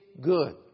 good